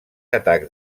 atacs